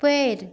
पेड़